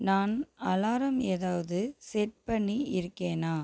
நான் அலாரம் ஏதாவது செட் பண்ணி இருக்கேனா